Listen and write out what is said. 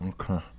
Okay